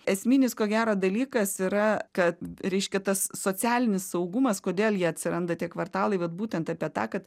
esminis ko gero dalykas yra kad reiškia tas socialinis saugumas kodėl jie atsiranda tie kvartalai vat būtent apie tą kad